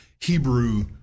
Hebrew